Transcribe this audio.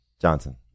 Johnson